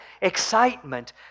excitement